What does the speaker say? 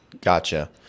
Gotcha